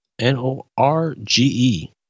n-o-r-g-e